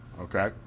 okay